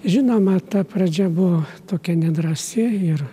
žinoma ta pradžia buvo tokia nedrąsi ir